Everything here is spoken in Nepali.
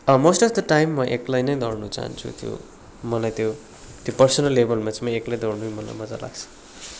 मोस्ट अफ द टाइम एक्लै नै दौड्न चाहन्छु त्यो मलाई त्यो पर्सनल लेभलमा चाहिँ म एक्लै दौड्नै मलाई मजा लाग्छ